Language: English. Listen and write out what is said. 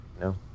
No